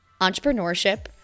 entrepreneurship